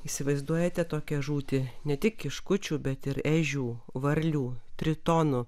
įsivaizduojate tokią žūti ne tik kiškučių bet ir ežių varlių tritonų